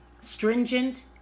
stringent